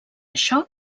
això